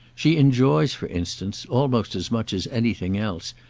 she enjoys for instance, almost as much as anything else,